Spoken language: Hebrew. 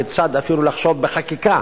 אפילו לחשוב בחקיקה